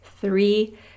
Three